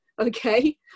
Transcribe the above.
okay